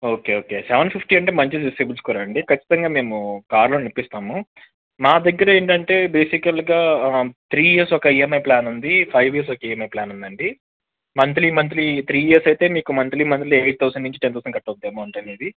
okay okay seven fifty అంటే మంచిదే CIBIL score అండి ఖచ్చితంగా మేము కార్ లోన్ ఇప్పిస్తాము మా దగ్గర ఏంటంటే బేసికల్గా త్రీ ఇయర్స్ ఒక ఈ ఎం ఐ ప్లాన్ ఉంది ఫైవ్ ఇయర్స్ ఒక ఈ ఎం ఐ ప్లాన్ ఉందండి మంత్లీ మంత్లీ త్రీ ఇయర్స్ అయితే మీకు మంత్లీ మంత్లీ ఎయిట్ థౌజండ్ నుంచి టెన్ థౌజండ్ కట్ అవుతుంది అమౌంటు అనేది